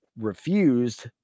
Refused